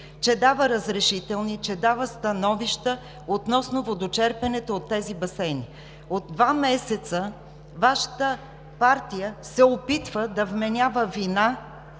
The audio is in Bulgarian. че дава разрешителни, че дава становища относно водочерпенето от тези басейни? От два месеца Вашата партия се опитва да вменява вина,